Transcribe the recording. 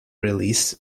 release